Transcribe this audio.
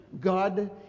god